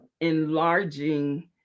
enlarging